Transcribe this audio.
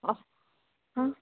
ह